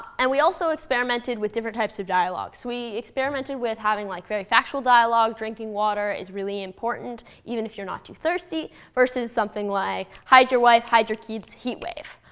and we also experimented with different types of dialogues. so we experimented with having like very factual dialogue, drinking water is really important, even if you're not too thirsty versus something like, hide your wife, hide your kids heat wave.